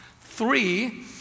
three